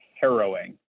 harrowing